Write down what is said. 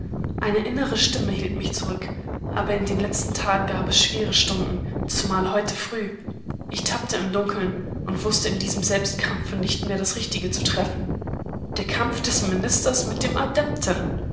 eine innere stimme hielt mich zurück aber in den letzten tagen gab es schwere stunden zumal heute früh ich tappte im dunkeln und wußte in diesem selbstkampfe nicht mehr das richtige zu treffen der kampf des ministers mit dem adepten